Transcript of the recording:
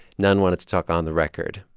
none wanted to talk on the record.